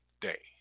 day